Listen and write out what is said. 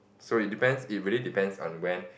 so it depends it really depends on when